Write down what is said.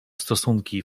stosunki